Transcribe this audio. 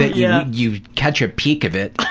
that yeah you catch a peak of it.